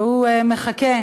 והוא מחכה.